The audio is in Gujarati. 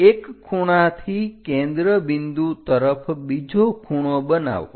એક ખૂણાથી કેન્દ્ર બિંદુ તરફ બીજો ખૂણો બનાવો